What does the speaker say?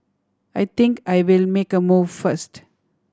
I think I'll make a move first